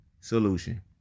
solution